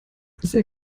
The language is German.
sehr